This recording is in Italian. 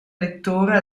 lettore